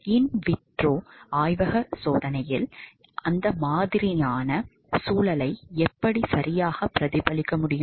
இன் vitro ஆய்வக சோதனையில் அந்த மாதிரியான சூழலை எப்படி சரியாக பிரதிபலிக்க முடியும்